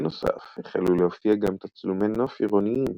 בנוסף החלו להופיע גם תצלומי נוף עירוניים